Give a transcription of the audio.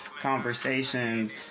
conversations